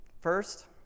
first